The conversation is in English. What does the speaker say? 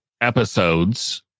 episodes